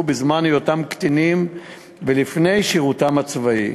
בזמן היותם קטינים לפני שירותם הצבאי,